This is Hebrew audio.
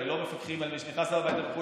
הרי לא מפקחים על מי שנכנס אליו הביתה וכו'.